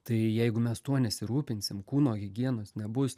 tai jeigu mes tuo nesirūpinsim kūno higienos nebus